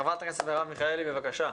חברת הכנסת מרב מיכאלי, בבקשה.